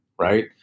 right